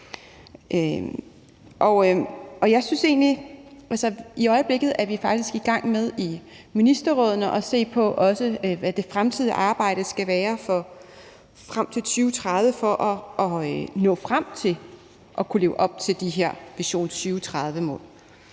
til det arbejde, de har. I øjeblikket er vi faktisk i gang med i ministerrådene at se på, hvad det fremtidige arbejde skal være frem til 2030 for at nå frem til at kunne leve op til de her mål